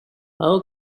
how